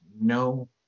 no